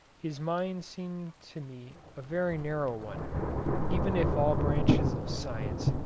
his mind seemed to me a very narrow one even if all branches of science,